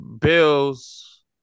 Bills